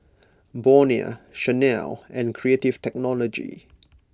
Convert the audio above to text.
Bonia Chanel and Creative Technology